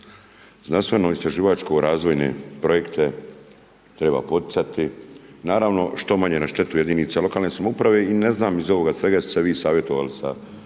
Znanstveno istraživačko razvoje projekte treba poticati, naravno što manje na štetu jedinica lokalne samouprave i ne znam iz ovoga svega jeste se vi savjetovali sa